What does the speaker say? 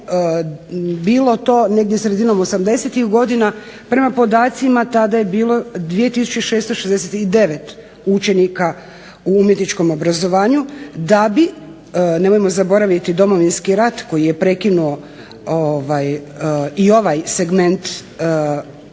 bilo to negdje sredinom 80-ih godina, prema podacima tada je bilo 2 tisuće 669 učenika u umjetničkom obrazovanju, da bi nemojmo zaboraviti Domovinski rat koji je prekinuo i ovaj segment života